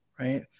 right